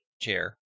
chair